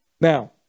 Now